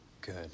good